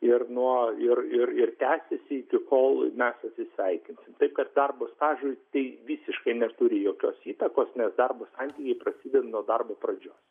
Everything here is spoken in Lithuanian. ir nuo ir ir tęsiasi kol mesatsisveikinam kad darbo stažui tai visiškai neturi jokios įtakos nes darbo santykiai prasideda nuo darbo pradžios